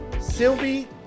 sylvie